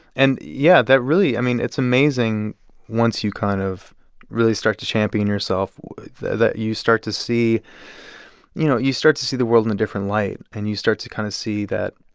and yeah, that really i mean, it's amazing once you kind of really start to champion yourself that you start to see you know, you start to see the world in a different light and you start to kind of see that,